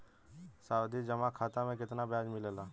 सावधि जमा खाता मे कितना ब्याज मिले ला?